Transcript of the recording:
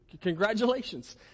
Congratulations